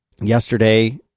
Yesterday